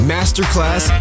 Masterclass